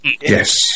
Yes